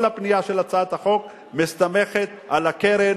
כל הפנייה של הצעת החוק מסתמכת על הקרן,